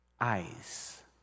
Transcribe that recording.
eyes